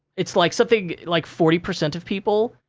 it's, like, something like forty percent of people,